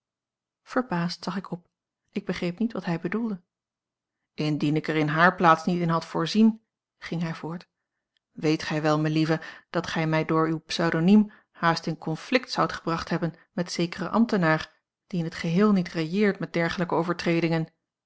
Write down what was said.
verbaasd zag ik op ik begreep niet wat hij bedoelde a l g bosboom-toussaint langs een omweg indien ik er in hare plaats niet in had voorzien ging hij voort weet gij wel melieve dat gij mij door uw pseudoniem haast in conflict zoudt gebracht hebben met zekeren ambtenaar die in het geheel niet railleert met dergelijke overtredingen